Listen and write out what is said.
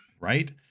Right